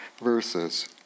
verses